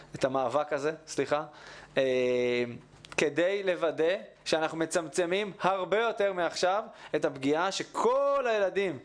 כדי לוודא שאנחנו מצמצמים הרבה יותר מעכשיו את הפגיעה שכל הילדים מ-א'